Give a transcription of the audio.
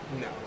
No